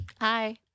Hi